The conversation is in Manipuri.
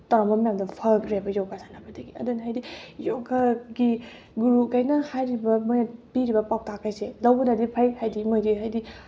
ꯇꯧꯔꯝꯕ ꯃꯌꯥꯝꯗꯣ ꯐꯈ꯭ꯔꯦꯕ ꯌꯣꯒꯥ ꯁꯥꯟꯅꯕꯗꯒꯤ ꯑꯗꯨꯅ ꯍꯥꯏꯗꯤ ꯌꯣꯒꯥꯒꯤ ꯒꯨꯔꯨꯈꯩꯅ ꯍꯥꯏꯔꯤꯕ ꯃꯣꯏꯅ ꯄꯤꯔꯤꯕ ꯄꯥꯎꯇꯥꯛꯈꯩꯁꯦ ꯂꯧꯕꯅꯗꯤ ꯐꯩ ꯍꯥꯏꯗꯤ ꯃꯣꯏꯒꯤ ꯍꯥꯏꯗꯤ